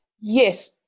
Yes